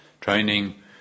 training